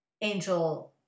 Angel